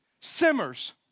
simmers